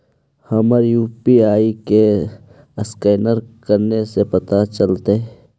हमर यु.पी.आई के असकैनर कने से पता चलतै?